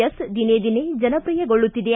S ದಿನೇ ದಿನೇ ಜನಪ್ರಿಯಗೊಳ್ಳುತ್ತಿದೆ